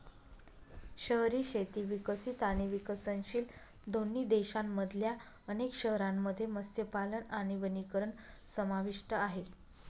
शहरी शेती विकसित आणि विकसनशील दोन्ही देशांमधल्या अनेक शहरांमध्ये मत्स्यपालन आणि वनीकरण समाविष्ट आहे